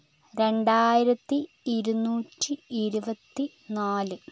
രണ്ടായിരത്തി ഇരുന്നൂറ്റി ഇരുപത്തി നാല്